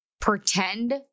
pretend